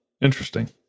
Interesting